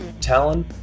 Talon